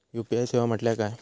UPI सेवा म्हटल्या काय?